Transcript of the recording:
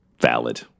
Valid